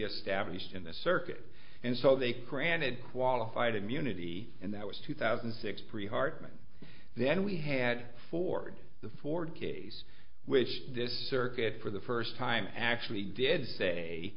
established in the circuit and so they granted qualified immunity and that was two thousand and six pre hartman then we had ford the ford case which this circuit for the first time actually did say